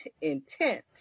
intent